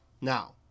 Now